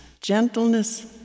gentleness